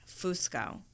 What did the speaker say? Fusco